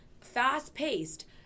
fast-paced